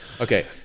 Okay